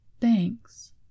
Thanks